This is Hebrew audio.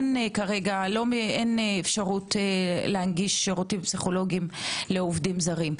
אין אפשרות להנגיש שירותים פסיכולוגיים לעובדים זרים.